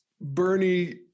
Bernie